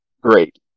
great